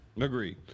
Agree